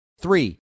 Three